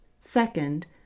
Second